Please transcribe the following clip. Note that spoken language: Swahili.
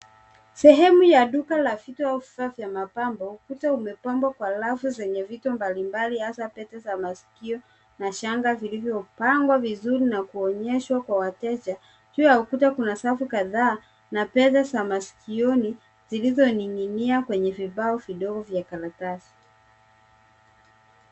Sehemu ya duka ya vitu au vifaa vya mapambo ukuta umepambwa kwa rafu zenye vitu mbalimbali hasa pete za masikio na shanga vilivyopangwa vizuri na kuonyeshwa kwa wateja. Juu ya ukuta kuna safu kadhaa na pete za masikioni zilizioning'ia kwenye vibao vidogo vya karatasi.